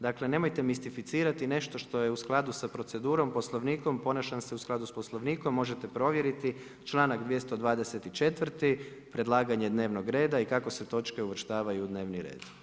Dakle, nemojte mi mistificirati nešto što je u skladu sa procedurom, Poslovnikom, ponašam se u skladu s Poslovnikom, možete provjeriti čl.224. predlaganje dnevnog reda i kako se točke uvrštavaju u dnevni red.